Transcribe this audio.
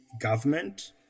government